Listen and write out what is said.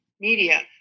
media